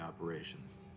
operations